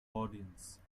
audience